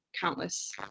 countless